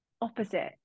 opposite